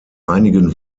einigen